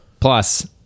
Plus